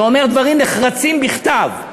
שאומר דברים נחרצים בכתב,